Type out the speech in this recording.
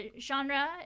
genre